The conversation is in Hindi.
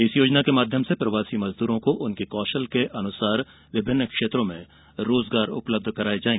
इस योजना के माध्यम से प्रवासी मजदूरों को उनके कौषल के अनुसार विभिन्न क्षेत्रों में रोजगार उपलब्ध कराए जाएंगे